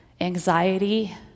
anxiety